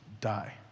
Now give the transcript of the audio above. die